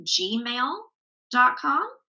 gmail.com